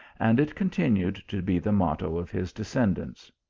and it continued to be the motto of his descendants.